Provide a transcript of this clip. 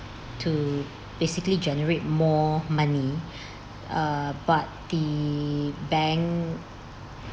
to basically generate more money err but the bank